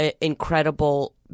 incredible